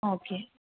okay